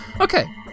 okay